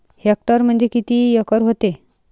Hectare म्हणजे किती acre व्हते?